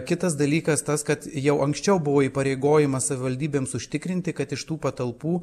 kitas dalykas tas kad jau anksčiau buvo įpareigojimas savivaldybėms užtikrinti kad iš tų patalpų